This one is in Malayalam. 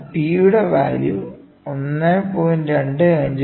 അതിനാൽ P യുടെ വാല്യൂ " 1